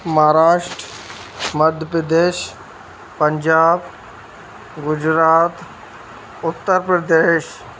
Maharashtra Madhya Pradesh Punjab Gujarat Uttar Pradesh